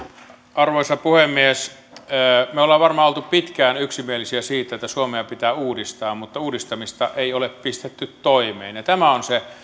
arvoisa puhemies me olemme varmaan olleet pitkään yksimielisiä siitä että suomea pitää uudistaa mutta uudistamista ei ole pistetty toimeen tämä on se